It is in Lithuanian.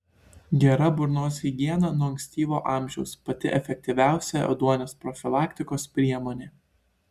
gera burnos higiena nuo ankstyvo amžiaus pati efektyviausia ėduonies profilaktikos priemonė